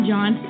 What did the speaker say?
John